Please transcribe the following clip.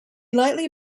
lightly